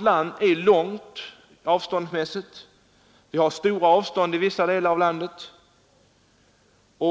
land är långt. Vi har stora avstånd i vissa delar av landet. Bl.